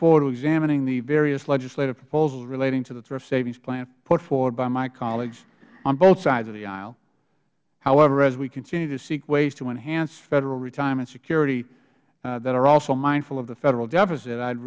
forward to examining the various legislative proposals relating to the thrift savings plan put forward by my colleagues on both sides of the aisle however as we continue to seek ways to enhance federal retirement security that are also mindful of the federal deficit i